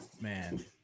Man